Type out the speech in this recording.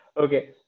Okay